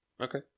Okay